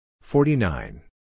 Forty-nine